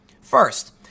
First